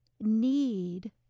need